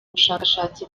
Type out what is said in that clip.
bushakashatsi